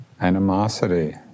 animosity